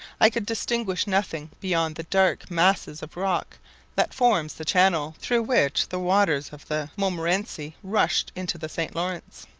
i could distinguish nothing beyond the dark masses of rock that forms the channel through which the waters of the montmorenci rush into the st. laurence.